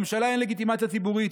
לממשלה אין לגיטימציה ציבורית.